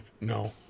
no